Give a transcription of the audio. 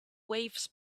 waves